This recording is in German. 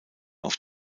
auf